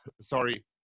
sorry